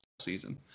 season